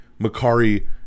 Makari